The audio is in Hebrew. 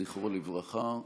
זכרו לברכה.